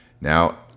Now